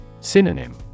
Synonym